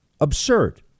absurd